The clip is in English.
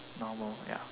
normal ya